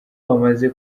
bamaze